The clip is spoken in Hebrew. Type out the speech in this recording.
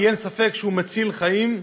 כי אין ספק שהוא מציל חיים.